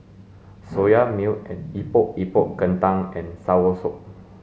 soya milk and epok epok kentang and soursop